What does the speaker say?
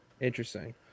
Interesting